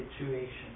situation